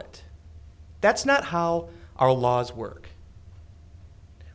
it that's not how our laws work